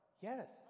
Yes